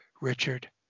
Richard